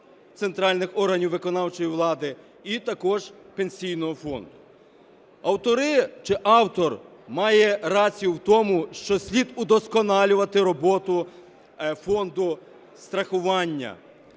центральних органів виконавчої влади і також Пенсійного фонду. Автори чи автор має рацію в тому, що слід удосконалювати роботу Фонду страхування.